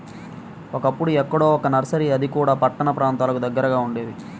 ఒకప్పుడు ఎక్కడో ఒక్క నర్సరీ అది కూడా పట్టణ ప్రాంతాలకు దగ్గరగా ఉండేది